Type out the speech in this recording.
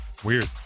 Weird